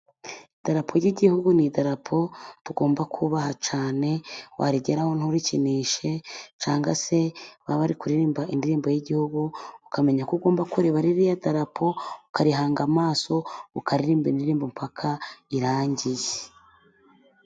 Idarapo ry'igihugu， ni idarapo tugomba kubaha cyane，warigeraho nturikinishe， cyangwa se baba bari kuririmba indirimbo y'igihugu， ukamenya ko ugomba kureba ririya darapo， ukarihanga amaso， ukaririmba indirimbo paka irangiye.